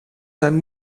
zijn